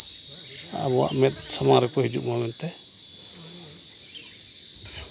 ᱟᱵᱚᱣᱟᱜ ᱢᱮᱫ ᱥᱟᱢᱟᱝ ᱨᱮᱠᱚ ᱦᱤᱡᱩᱜ ᱢᱟ ᱢᱮᱱᱛᱮ